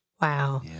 Wow